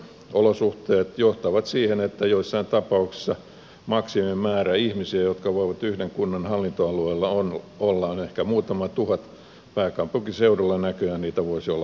olosuhteet johtavat siihen että joissain tapauksissa maksimimäärä ihmisiä jotka voivat yhden kunnan hallintoalueella olla on ehkä muutama tuhat pääkaupunkiseudulla näköjään niitä voisi olla vaikka miljoona